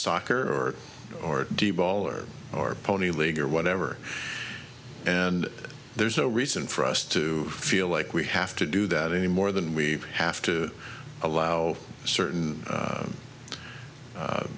soccer or d ball or or pony league or whatever and there's no reason for us to feel like we have to do that any more than we have to allow certain